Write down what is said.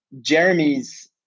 Jeremy's